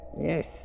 Yes